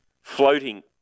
floating